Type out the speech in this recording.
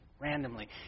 randomly